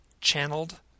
channeled